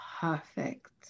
perfect